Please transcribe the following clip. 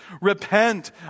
Repent